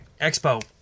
Expo